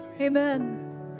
Amen